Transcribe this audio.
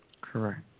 Correct